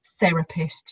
therapists